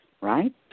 right